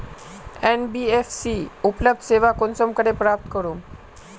NBFC उपलब्ध सेवा कुंसम करे प्राप्त करूम?